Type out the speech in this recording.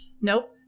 nope